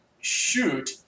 Shoot